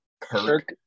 Kirk